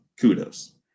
Kudos